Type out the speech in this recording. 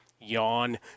Yawn